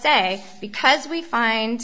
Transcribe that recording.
say because we find